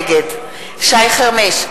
נגד שי חרמש,